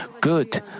good